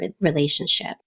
relationship